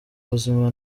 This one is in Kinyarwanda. buzima